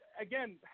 again